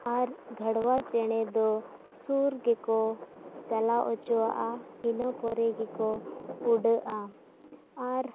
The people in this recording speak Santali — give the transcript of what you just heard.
ᱟᱨ ᱜᱷᱟᱲᱣᱟ ᱪᱮᱬᱮ ᱫᱚ ᱥᱩᱨ ᱜᱮᱠᱚ ᱪᱟᱞᱟᱣ ᱦᱚᱪᱚᱣᱟᱜᱼᱟ ᱤᱱᱟᱹ ᱯᱚᱨᱮ ᱜᱮᱠᱚ ᱩᱰᱟᱹᱜᱼᱟ ᱟᱨ